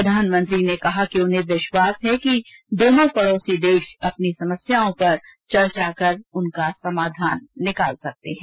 प्रधानमंत्री ने कहा कि उन्हें विश्वास है कि दोनों पड़ोसी देश अपनी समस्याओं पर चर्चा कर सकते हैं और उनका समाधान निकाल सकते हैं